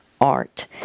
art